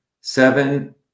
seven